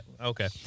Okay